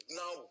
now